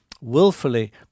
willfully